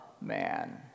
man